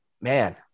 man